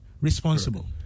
responsible